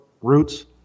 Roots